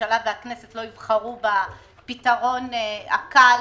ושהממשלה והכנסת לא יבחרו בפתרון הקל,